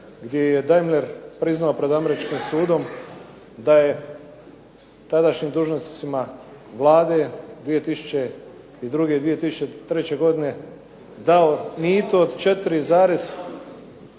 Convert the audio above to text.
gdje je Daimler priznao pred američkim sudom da je tadašnjim dužnosnicima Vlade 2002. i 2003. godine dao mito od 4,